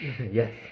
Yes